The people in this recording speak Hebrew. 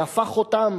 והפך אותם,